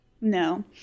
No